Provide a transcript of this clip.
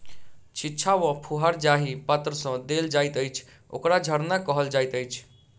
छिच्चा वा फुहार जाहि पात्र सँ देल जाइत अछि, ओकरा झरना कहल जाइत अछि